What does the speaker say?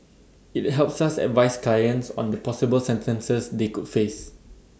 IT helps us advise clients on the possible sentences they could face